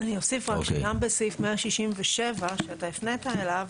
אני אוסיף רק שגם בסעיף 167 שאתה הפנית אליו,